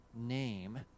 name